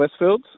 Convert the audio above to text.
Westfields